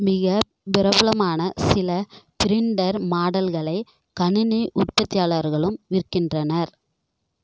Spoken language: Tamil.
மிகப் பிரபலமான சில பிரிண்டர் மாடல்களைக் கணினி உற்பத்தியாளர்களும் விற்கின்றனர்